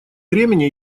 времени